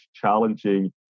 challenging